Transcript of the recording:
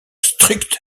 strict